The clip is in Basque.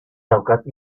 daukat